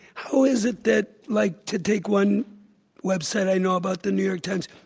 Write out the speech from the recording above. who is it that, like to take one website i know about the new york times.